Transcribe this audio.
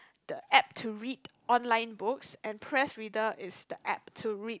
the app to read online books and press reader is the app is to read